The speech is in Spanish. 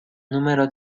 número